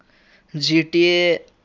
GTA